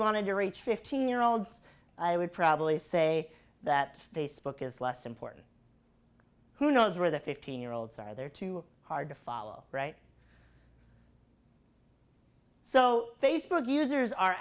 wanted to reach fifteen year olds i would probably say that facebook is less important who knows where the fifteen year olds are they're too hard to follow right so facebook users are